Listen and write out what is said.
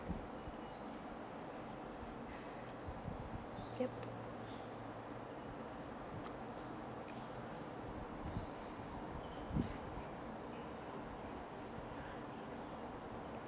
yup